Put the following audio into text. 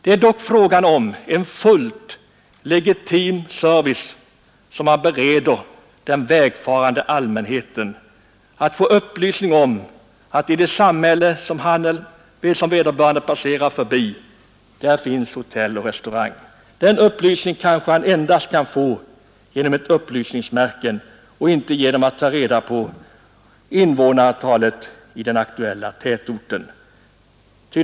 Det är dock fråga om en fullt legitim service som man bereder den vägfarande allmänheten om man lämnar upplysning om att det i det samhälle som vederbörande passerar igenom finns hotell. Det kanske han kan få endast genom ett upplysningsmärke och inte genom att ta reda på invånarantalet i den aktuella tätorten.